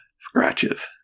scratches